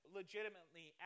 legitimately